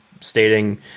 stating